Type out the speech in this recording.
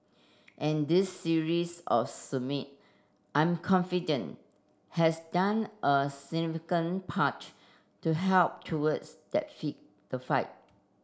and this series of summit I'm confident has done a significant part to help towards that feet the fight